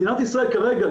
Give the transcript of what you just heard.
מדינת ישראל כרגע,